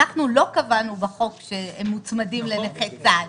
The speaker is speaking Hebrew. לא קבענו בחוק שהם מוצמדים לנכי צה"ל.